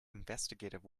investigative